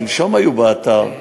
שלשום היו באתר,